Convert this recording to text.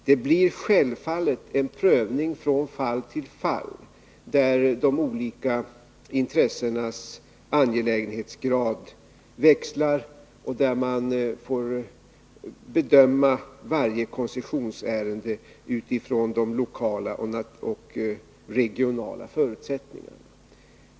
Det blir självfallet en prövning från fall till fall, där de olika intressenas angelägenhetsgrad växlar och där man får bedöma varje koncessionsärende utifrån de lokala och regionala förutsättningarna.